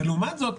לעומת זאת,